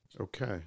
Okay